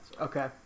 Okay